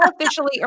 officially